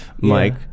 Mike